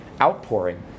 outpouring